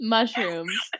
Mushrooms